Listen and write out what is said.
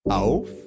Auf